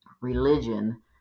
religion